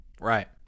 Right